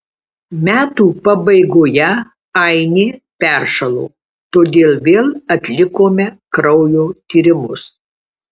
metų pabaigoje ainė peršalo todėl vėl atlikome kraujo tyrimus